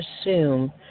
assume